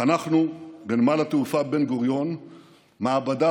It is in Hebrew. חנכנו בנמל התעופה בן-גוריון מעבדה